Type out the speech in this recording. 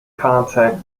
contact